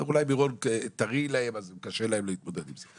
אולי מירון טרי להם, אז קשה להם להתמודד עם זה.